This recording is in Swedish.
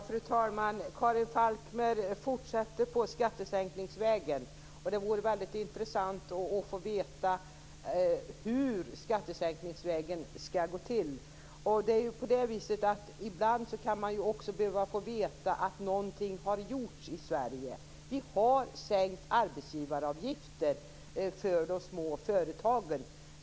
Fru talman! Karin Falkmer fortsätter på skattesänkningsvägen. Det skulle vara väldigt intressant att få veta hur det skall gå till att följa skattesänkningsvägen. Ibland kan man också behöva få veta att någonting har gjorts i Sverige. Vi har sänkt arbetsgivaravgifter för de små företagen.